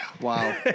wow